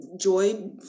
joy